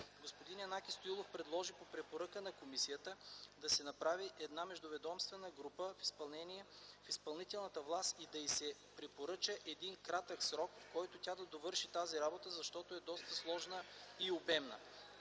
Господин Янаки Стоилов предложи по препоръка на комисията да се направи една междуведомствена група в изпълнителната власт и да й се препоръча един кратък срок, в който тя да довърши тази работа, защото е доста сложна и обемна.